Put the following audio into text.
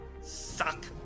suck